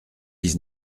dix